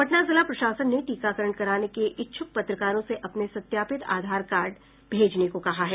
पटना जिला प्रशासन ने टीकाकरण कराने के इच्छ्क पत्रकारों से अपने सत्यापित आधार कार्ड भेजने को कहा है